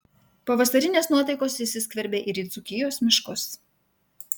pavasarinės nuotaikos įsiskverbė ir į dzūkijos miškus